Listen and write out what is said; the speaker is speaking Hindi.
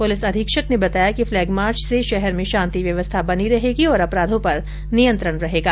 पुलिस अधीक्षक ने बताया कि फ्लैग मार्चे से शहर में शांति व्यवस्था बनी रहेगी और अपराधों पर नियंत्रण रहेगा